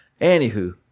Anywho